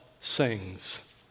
sings